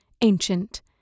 Ancient